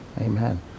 Amen